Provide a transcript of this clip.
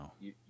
No